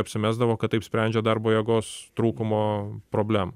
apsimesdavo kad taip sprendžia darbo jėgos trūkumo problemą